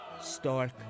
stark